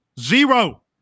zero